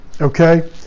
Okay